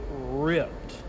ripped